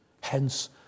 Hence